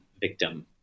victim